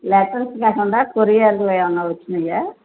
letters కాకుండా కొరియర్లవి ఏమైనా వచ్చాయా